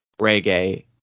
reggae